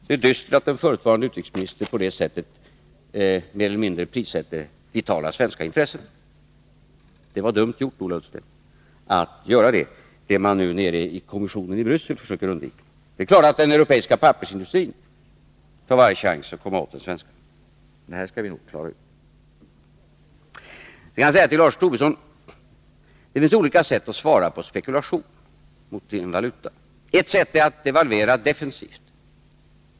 Det är dystert att en förutvarande utrikesminister på detta sätt mer eller mindre prissätter vitala svenska intressen. Det var dumt gjort, Ola Ullsten! Det är ju vad kommissionen i Bryssel försöker undvika. Det är klart att den europeiska pappersindustrin tar varje chans att komma åt den svenska. Men det här skall vi nog klara ut. Jag vill säga till Lars Tobisson att det finns olika sätt att svara på spekulation mot valutan. Ett sätt är att devalvera defensivt.